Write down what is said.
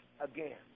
again